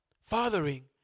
Fathering